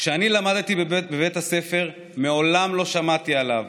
כשאני למדתי בבית הספר מעולם לא שמעתי עליו.